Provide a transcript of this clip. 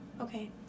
okay